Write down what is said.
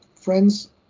friends